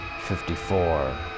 Fifty-four